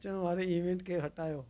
अचवि वारे इवेंट खे हटायो